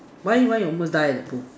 why why you almost die in the pool